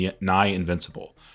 nigh-invincible